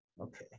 okay